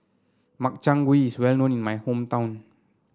Makchang Gui is well known in my hometown